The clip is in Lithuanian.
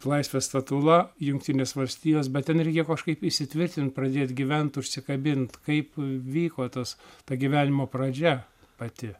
laisvės statula jungtinės valstijos bet ten reikia kažkaip įsitvirtint pradėt gyventi užsikabint kaip vyko tas ta gyvenimo pradžia pati